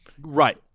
Right